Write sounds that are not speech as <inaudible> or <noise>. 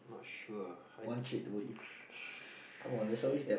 not sure ah I <noise>